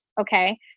Okay